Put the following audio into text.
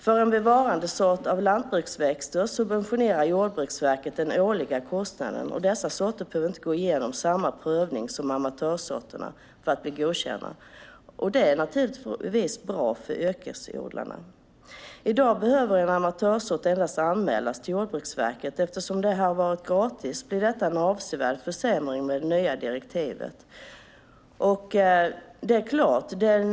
För en bevarandesort av lantbruksväxter subventionerar Jordbruksverket den årliga kostnaden. De sorterna behöver inte gå igenom samma prövning som amatörsorterna för att bli godkända. Det är naturligtvis bra för yrkesodlarna. I dag behöver en amatörsort endast anmälas till Jordbruksverket. Eftersom det har varit gratis innebär det nya direktivet en avsevärd försämring.